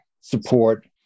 support